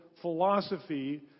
philosophy